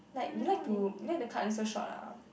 like you like to you like to cut until so short ah